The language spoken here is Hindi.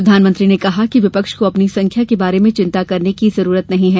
प्रधानमंत्री ने कहा कि विपक्ष को अपनी संख्या के बारे में चिंता करने की जरूरत नहीं है